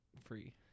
free